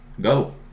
go